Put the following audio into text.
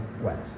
wet